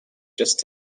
just